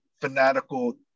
fanatical